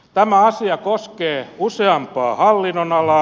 tämä asia koskee useampaa hallinnonalaa